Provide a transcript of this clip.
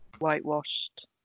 whitewashed